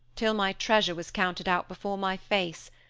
till my treasure was counted out before my face,